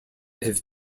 have